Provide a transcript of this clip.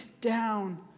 down